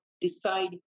decide